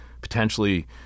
potentially